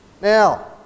Now